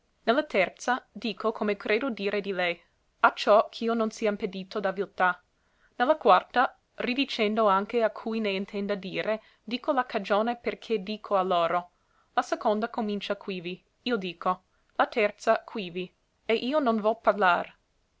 la terza dico come credo dire di lei acciò ch'io non sia impedito da viltà ne la quarta ridicendo anche a cui ne intenda dire dico la cagione per che dico a loro la seconda comincia quivi io dico la terza quivi e io non vo parlar